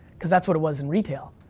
cause that's what it was in retail.